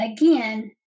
Again